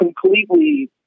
completely